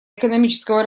экономического